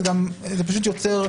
זה פשוט יוצר,